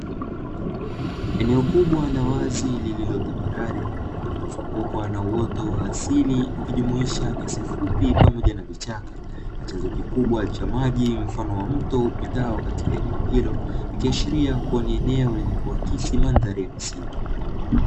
Eneo kubwa la wazi lililo tambarale, lililozungukwa na uoto wa asili ukijumuisha nyasi fupi pamoja na vichaka na chanzo kikubwa cha maji mfano wa mto upitao katika eneo hilo, ikiashiria kuwa ni eneo lenye kuakisi mandhari ya misitu.